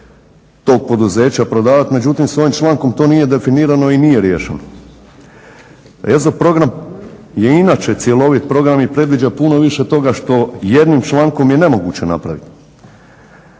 tog poduzeća prodavati. Međutim, sa ovim člankom to nije definirano i nije riješeno. EZO program je inače cjelovit program i predviđa puno više toga što jednim člankom je nemoguće napraviti.